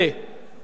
מצד שמאל.